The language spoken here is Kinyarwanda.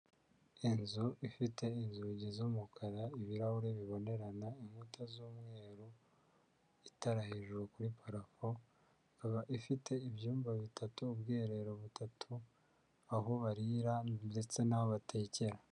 Inzu ifite inzugi z'umukara, ibirahure bibonerana, inkuta z'umweru, itara hejuru kuri parafu. Ikaba ifite ibyumba bitatu, ubwiherero butatu, aho barira ndetse n'aho batekera.